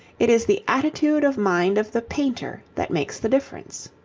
it is the attitude of mind of the painter that makes the difference.